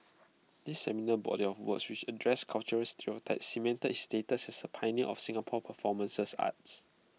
this seminal body of works which addresses cultural stereotypes cemented his status as A pioneer of Singapore's performance art